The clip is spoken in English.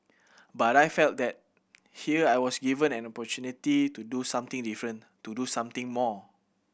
but I felt that here I was given an opportunity to do something different to do something more